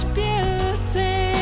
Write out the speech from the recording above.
beauty